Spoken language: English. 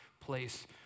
place